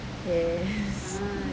yes